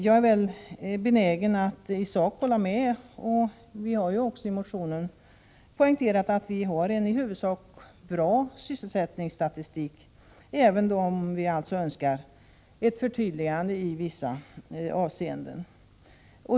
Jag är benägen att i sak hålla med, och vi har ju också i motionen poängterat att vi har en på det hela taget bra sysselsättningsstatistik, även om vi alltså önskar ett förtydligande i vissa avseenden.